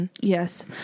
yes